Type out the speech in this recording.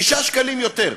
כלומר 6 שקלים יותר.